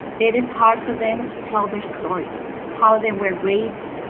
it is hard for them to tell their stories, how they were raped,